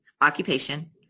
occupation